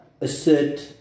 assert